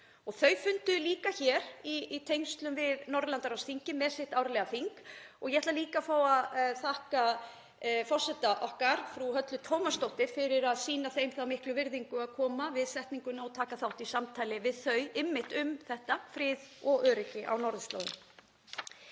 Þau funduðu líka hér í tengslum við Norðurlandaráðsþingið með sitt árlega þing og ég ætla að fá að þakka forseta okkar, frú Höllu Tómasdóttur, fyrir að sýna þeim þá miklu virðingu að koma við setninguna og taka þátt í samtali við þau um frið og öryggi á norðurslóðum.